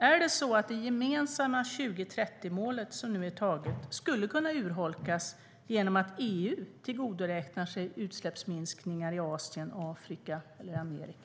Är det så att det gemensamma 2030-målet, som är antaget, skulle kunna urholkas genom att EU tillgodoräknar sig utsläppsminskningar i Asien, Afrika och Amerika?